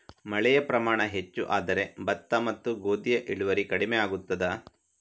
ಮಳೆಯ ಪ್ರಮಾಣ ಹೆಚ್ಚು ಆದರೆ ಭತ್ತ ಮತ್ತು ಗೋಧಿಯ ಇಳುವರಿ ಕಡಿಮೆ ಆಗುತ್ತದಾ?